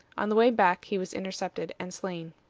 on the way back he was intercepted and slain.